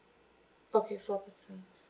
okay four person